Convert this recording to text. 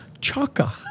Chaka